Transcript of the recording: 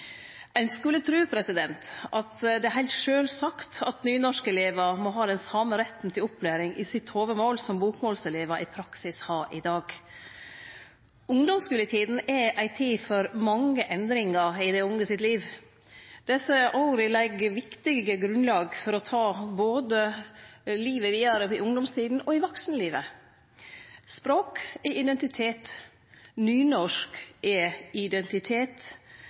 Ein skulle tru at det er heilt sjølvsagt at nynorskelevar må ha den same retten til opplæring i hovudmålet sitt som bokmålselevar i praksis har i dag. Ungdomsskuletida er ei tid for mange endringar i dei unges liv. Desse åra legg eit viktig grunnlag for livet vidare, i ungdomstida og i vaksenlivet. Språk er identitet. Nynorsk er identitet. Og dei som skiftar frå nynorsk til bokmål i